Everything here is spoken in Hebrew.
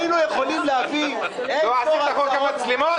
היינו יכולים להבין --- לא עשית את חוק המצלמות?